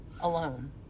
Alone